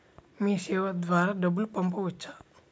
మీసేవ ద్వారా డబ్బు పంపవచ్చా?